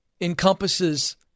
encompasses